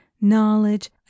knowledge